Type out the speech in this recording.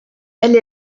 elle